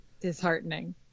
disheartening